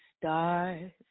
stars